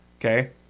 Okay